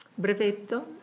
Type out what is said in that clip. brevetto